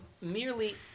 merely